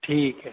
ठीक आहे